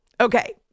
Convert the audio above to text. Okay